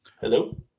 Hello